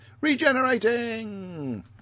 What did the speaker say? Regenerating